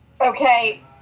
Okay